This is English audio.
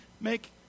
make